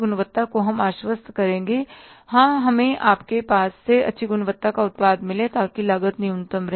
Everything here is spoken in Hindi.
गुणवत्ता को हम आश्वस्त करेंगे हाँ हमें आपके पास से अच्छी गुणवत्ता का उत्पाद मिले ताकि लागत न्यूनतम रहे